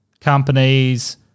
companies